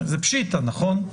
זה פשיטא, נכון?